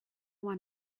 one